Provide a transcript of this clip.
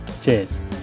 cheers